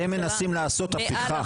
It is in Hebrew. אתם מנסים לעשות הפיכה.